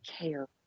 care